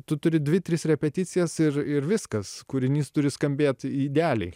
tu turi dvi tris repeticijas ir ir viskas kūrinys turi skambėt idealiai